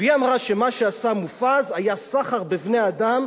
והיא אמרה שמה שעשה מופז היה סחר בבני-אדם,